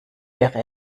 wäre